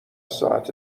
ساعت